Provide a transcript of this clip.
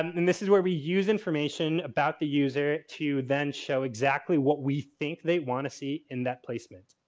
and this is where we use information about the user to then show exactly what we think they want to see in that placement.